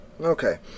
Okay